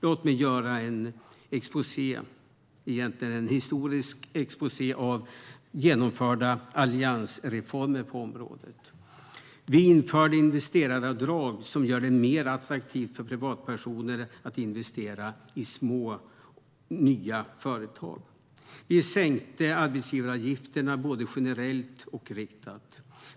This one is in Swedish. Låt mig göra en historisk exposé över genomförda alliansreformer på området: Vi införde investeraravdrag som gör det mer attraktivt för privatpersoner att investera i små och nya företag. Vi sänkte arbetsgivaravgifterna, både generellt och riktat.